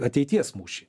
ateities mūšy